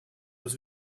dass